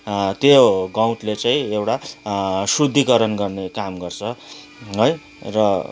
त्यो गौतले चाहिँ एउटा शुद्धिकरण गर्ने काम गर्छ है र